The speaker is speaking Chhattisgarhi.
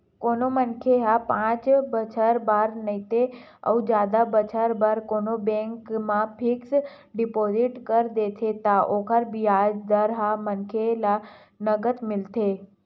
कोनो मनखे ह पाँच बछर बर नइते अउ जादा बछर बर कोनो बेंक म फिक्स डिपोजिट कर देथे त ओकर बियाज दर ह मनखे ल नँगत मिलथे